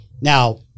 Now